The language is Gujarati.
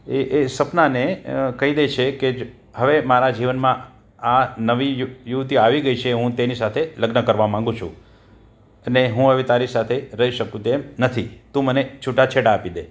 એ એ સપનાને કહી દે છે કે હવે મારા જીવનમાં આ નવી યુવતી આવી ગઈ છે હું તેની સાથે લગ્ન કરવા માગું છું અને હવે હું તારી સાથે રહી શકું તેમ નથી તું મને છૂટાછેડા આપી દે